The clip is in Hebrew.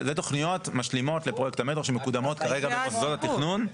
זה תכניות משלימות לפרויקט המטרו שמקודמות כרגע במוסדות התכנון.